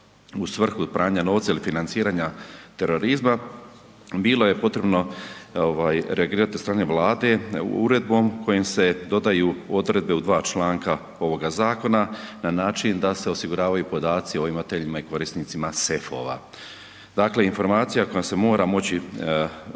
u svrhu od pranja novca ili financiranja terorizma bilo je potrebno ovaj reagirati od strane Vlade uredbom kojim se dodaju odredbe u dva članka ovoga zakona na način da se osiguravaju podaci o imateljima i korisnicima sefova. Dakle, informacija kojom se mora moći